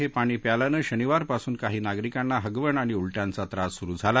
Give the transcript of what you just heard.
हे पाणी प्यायल्याने शनिवारपासुन काही नागरिकांना हगवण आणि उलट्यांचा त्रास सुरु झाला